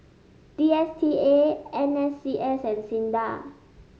D S T A N S C S and SINDA